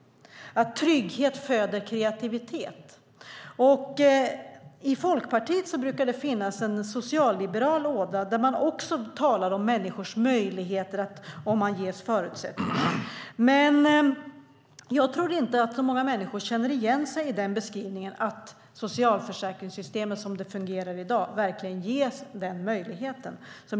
Trygghet föder kreativitet. I Folkpartiet brukar det finnas en socialliberal ådra där man också talar om människors möjligheter om de ges förutsättningar. Jag tror inte att så många människor känner igen sig i beskrivningen att socialförsäkringssystemet, som det fungerar i dag, verkligen ger den möjligheten.